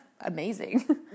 amazing